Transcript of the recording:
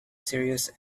sirius